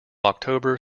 october